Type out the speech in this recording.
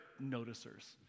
noticers